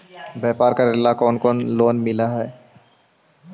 व्यापार करेला कौन कौन लोन मिल हइ?